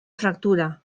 fractura